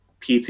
PT